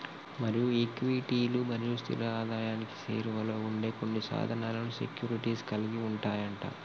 మరి ఈక్విటీలు మరియు స్థిర ఆదాయానికి సేరువలో ఉండే కొన్ని సాధనాలను సెక్యూరిటీస్ కలిగి ఉంటాయి అంట